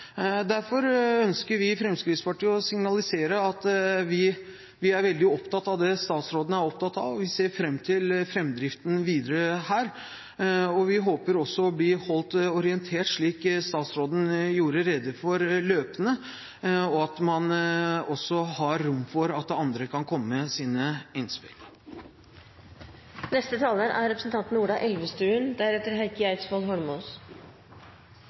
Derfor ønsker vi i Fremskrittspartiet å signalisere at vi er veldig opptatt av det statsråden er opptatt av, vi ser fram til framdriften videre her, og vi håper også å bli holdt orientert – slik statsråden gjorde rede for – løpende, og at man også har rom for at andre kan komme med sine